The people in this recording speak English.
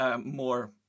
more